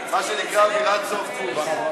מה שנקרא: אווירת סוף קורס.